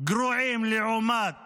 גרועים לעומת